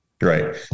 right